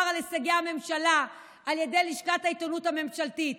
על הישגי הממשלה על ידי לשכת העיתונות הממשלתית.